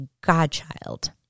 godchild